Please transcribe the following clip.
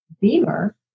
Beamer